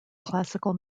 classical